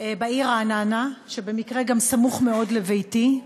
בעיר רעננה, שבמקרה גם סמוך מאוד לביתי,